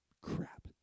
Crap